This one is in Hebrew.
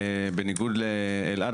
בניגוד לאלעד,